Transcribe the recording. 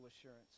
assurance